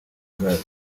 gazi